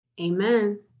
Amen